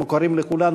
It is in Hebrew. ומוכרים לכולנו,